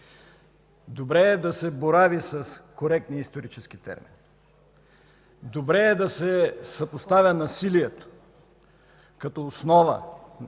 Добре е да се борави с коректни исторически термини. Добре е да се съпоставя насилието, като основа